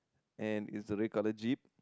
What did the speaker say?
and is a red colour jeep